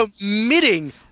committing